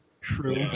True